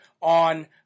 on